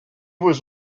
was